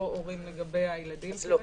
לא הורים לגבי הילדים שלהם.